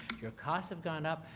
your costs have gone up.